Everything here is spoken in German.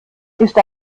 ist